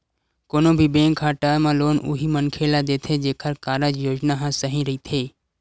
कोनो भी बेंक ह टर्म लोन उही मनखे ल देथे जेखर कारज योजना ह सही रहिथे